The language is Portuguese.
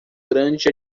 grande